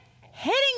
hitting